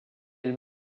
elle